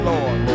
Lord